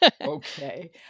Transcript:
Okay